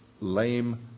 lame